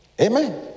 Amen